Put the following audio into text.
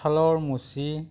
কঁঠালৰ মুচি